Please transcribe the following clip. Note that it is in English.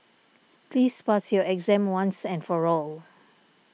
please pass your exam once and for all